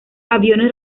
aviones